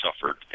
suffered